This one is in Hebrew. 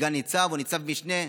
סגן ניצב או ניצב משנה,